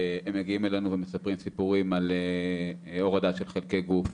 הם מגיעים אלינו ומספרים סיפורים על הורדה של חלקי גוף,